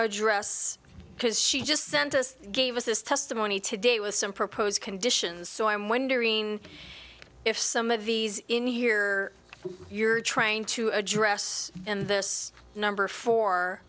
address because she just sent us gave us this testimony today with some propose conditions so i'm wondering if some of these in here you're trying to address them this number for